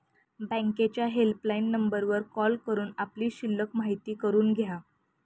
बँकेच्या हेल्पलाईन नंबरवर कॉल करून आपली शिल्लक माहिती करून घ्या